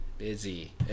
busy